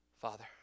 Father